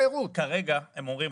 כרגע הם אומרים